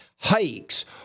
hikes